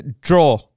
Draw